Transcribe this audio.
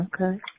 okay